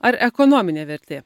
ar ekonominė vertė